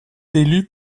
élu